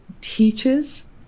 teaches